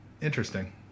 Interesting